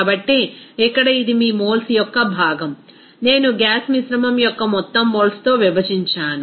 కాబట్టి ఇక్కడ ఇది మీ మోల్స్ యొక్క భాగం నేను గ్యాస్ మిశ్రమం యొక్క మొత్తం మోల్స్తో విభజించాను